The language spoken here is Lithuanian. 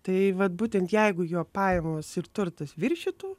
tai vat būtent jeigu jo pajamos ir turtas viršytų